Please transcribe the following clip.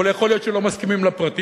אבל יכול להיות שלא מסכימים לפרטים,